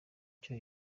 cyo